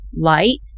Light